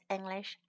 English